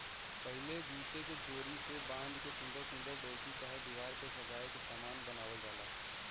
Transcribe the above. पहिले जूटे के डोरी से बाँध के सुन्दर सुन्दर डोलची चाहे दिवार पे सजाए के सामान बनावल जाला